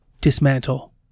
dismantle